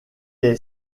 est